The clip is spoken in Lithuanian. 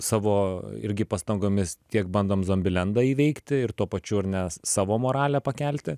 savo irgi pastangomis tiek bandom zombilendą įveikti ir tuo pačiu ar ne nes savo moralę pakelti